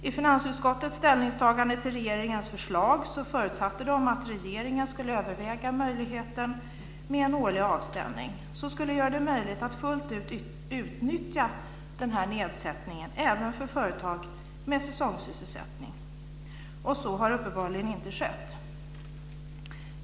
I finansutskottets ställningstagande till regeringens förslag förutsatte man att regeringen skulle överväga möjligheten med en årlig avstämning som skulle göra det möjligt att fullt ut utnyttja den här nedsättningen även för företag med säsongssysselsättning. Så har uppenbarligen inte skett.